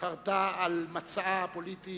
חרתה על מצעה הפוליטי